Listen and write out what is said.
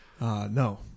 no